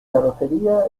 carrocería